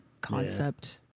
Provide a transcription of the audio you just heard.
concept